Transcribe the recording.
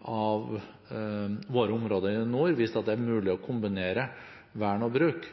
av våre områder i nord vist at det er mulig å kombinere vern og bruk.